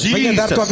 Jesus